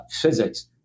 physics